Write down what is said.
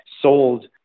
sold